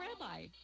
rabbi